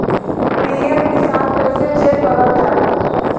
PM Kisan कइसे check करल जाला?